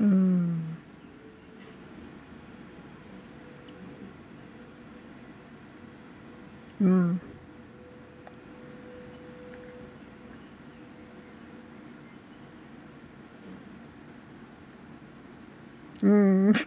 mm mm mm